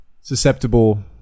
susceptible